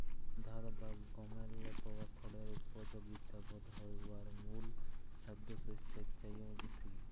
ধাল বা গমেল্লে পাওয়া খড়ের উপযগিতা বধহয় উয়ার মূল খাদ্যশস্যের চাঁয়েও বেশি